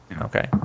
Okay